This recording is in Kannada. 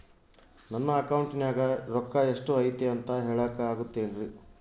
ನನ್ನ ಅಕೌಂಟಿನ್ಯಾಗ ರೊಕ್ಕ ಎಷ್ಟು ಐತಿ ಅಂತ ಹೇಳಕ ಆಗುತ್ತೆನ್ರಿ?